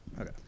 Okay